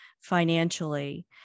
financially